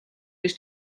гэж